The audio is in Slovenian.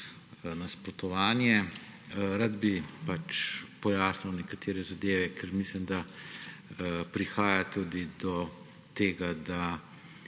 nasprotovanje. Rad bi pojasnil nekatere zadeve, ker mislim, da prihaja do tega, da